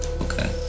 Okay